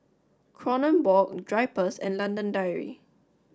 Kronenbourg Drypers and London Dairy